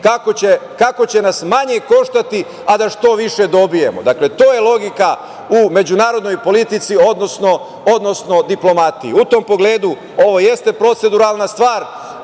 kako će nas manje koštati, a da što više dobijemo. Dakle, to je logika u međunarodnoj politici, odnosno diplomatiji.U tom pogledu, ovo jeste proceduralna stvar,